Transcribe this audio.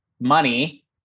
money